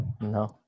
No